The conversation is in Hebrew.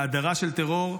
להאדרה של טרור.